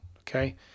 Okay